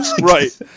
right